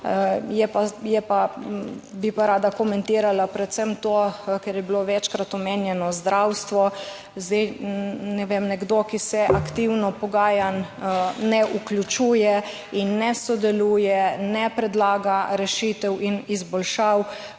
zastopa, bi pa rada komentirala predvsem to, kar je bilo večkrat omenjeno, zdravstvo. Zdaj ne vem, nekdo, ki se aktivno pogajanj ne vključuje in ne sodeluje, ne predlaga rešitev in izboljšav.